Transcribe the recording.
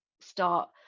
start